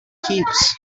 keeps